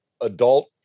adult